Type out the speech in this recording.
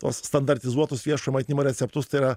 tuos standartizuotus viešo maitinimo receptus tai yra